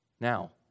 Now